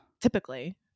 Typically